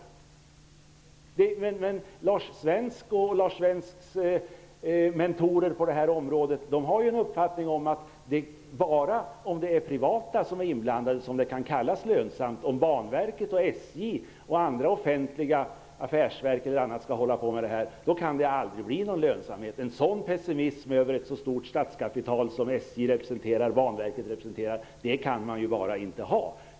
Men Lars Svensk och hans mentorer på det här området har den uppfattningen att det kan bli lönsamt bara när de privata är inblandade. Om Banverket, SJ och andra offentliga affärsverk är inblandade, kan det aldrig bli lönsamt. En sådan pessimism över ett så stort statligt kapital som SJ och Banverket representerar kan man bara inte ha.